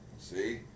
See